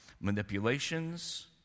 manipulations